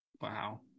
Wow